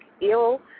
ill